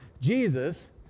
Jesus